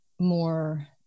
more